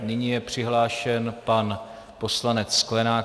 Nyní je přihlášen pan poslanec Sklenák.